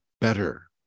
better